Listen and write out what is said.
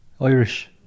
Irish